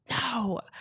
No